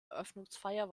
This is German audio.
eröffnungsfeier